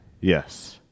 Yes